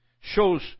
shows